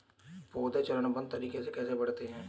पौधे चरणबद्ध तरीके से कैसे बढ़ते हैं?